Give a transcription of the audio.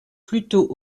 plutôt